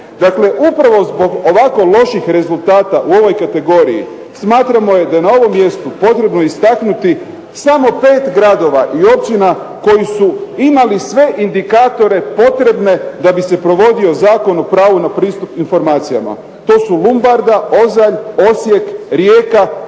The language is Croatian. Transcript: Dakle, upravo zbog ovako loših rezultata u ovoj kategoriji smatramo da je na ovom mjestu potrebno istaknuti samo pet gradova i općina koji su imali sve indikatore potrebne da bi se provodio zakon o pravu na pristup informacijama. To su Lumbarda, Ozalj, Osijek, Rijeka,